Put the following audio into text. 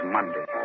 Monday